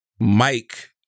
Mike